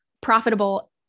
profitable